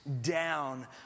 down